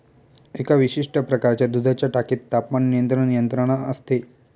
एका विशिष्ट प्रकारच्या दुधाच्या टाकीत तापमान नियंत्रण यंत्रणा असते